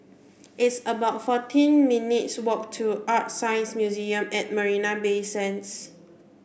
it's about fourteen minutes' walk to ArtScience Museum at Marina Bay Sands